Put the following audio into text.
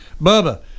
Bubba